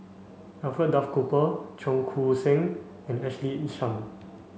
Alfred Duff Cooper Cheong Koon Seng and Ashley Isham